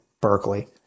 berkeley